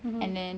mmhmm